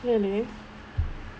really